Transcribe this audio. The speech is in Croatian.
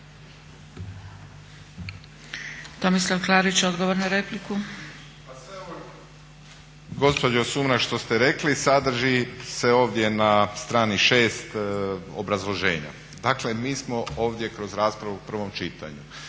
Tomislav Klarić, odgovor na repliku.